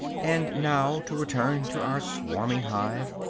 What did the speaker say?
and now to return to our swarming hive,